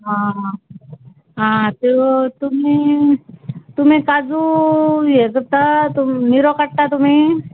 आं आं त्यो तुमी तुमी काजू हें कत्ता तुम् निरो काडटा तुमी